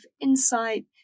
insight